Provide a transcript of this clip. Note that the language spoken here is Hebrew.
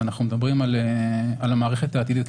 בסדר גמור.